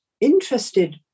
interested